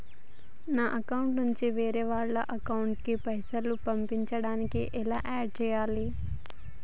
నా అకౌంట్ నుంచి వేరే వాళ్ల అకౌంట్ కి పైసలు పంపించడానికి ఎలా ఆడ్ చేయాలి?